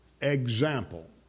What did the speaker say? example